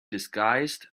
disguised